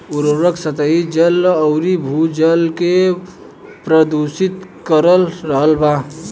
उर्वरक सतही जल अउरी भू जल के प्रदूषित कर रहल बा